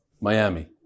Miami